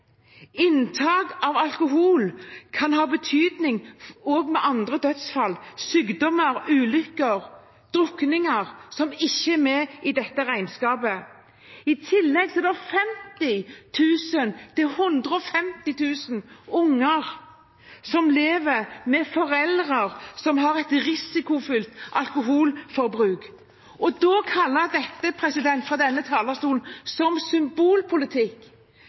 Inntak av alkohol kan ha betydning også for andre dødsfall – sykdommer, drukningsulykker og andre ulykker– som ikke er med i dette regnskapet. I tillegg er det 50 000–150 000 unger som lever med foreldre som har et risikofylt alkoholforbruk. Å kalle dette symbolpolitikk fra denne